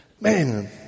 Man